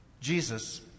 Jesus